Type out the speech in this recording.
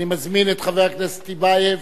אני מזמין את חבר הכנסת טיבייב,